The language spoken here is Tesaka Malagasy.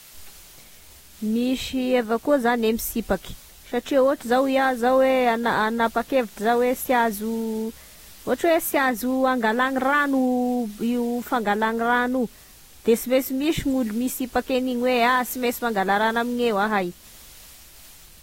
Misy evao koa gne misipaky satria raha ohatry zao iaho zao hoe hana- hanapakevitry zao hoe sy azo ohatry hoe sy azo angalagny ragno io fangalany rano io, de sy mainsy gn'olo misipaky an'igny sy mainsy mangala ragno amin'eo ahay.